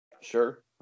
Sure